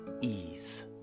ease